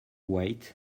wait